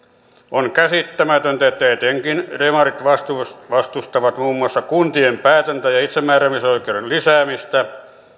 on käsittämätöntä että etenkin demarit vastustavat vastustavat muun muassa kuntien päätäntä ja itsemääräämisoikeuden lisäämistä